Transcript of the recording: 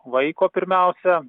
vaiko pirmiausia